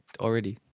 already